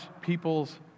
people's